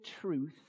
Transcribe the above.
truth